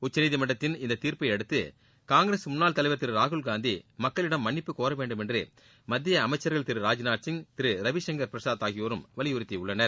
உச்சநீதிமன்றத்தின் இந்த தீர்ப்பை அடுத்து காங்கிரஸ் முன்னாள் தலைவர் திரு ராகுல்காந்தி மக்களிடம் வேண்டுமென்று மத்திய அமைச்சர்கள் திரு ராஜ்நாத்சிய் திரு ரவிசங்கள் பிரசாத் மன்னிப்பு கோர ஆகியோரும் வலியுறுத்தியுள்ளனர்